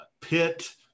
Pit